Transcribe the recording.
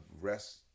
rest